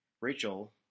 Rachel